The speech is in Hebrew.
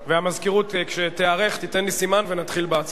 המזכירות, כשתיערך, תיתן לי סימן ונתחיל בהצבעה.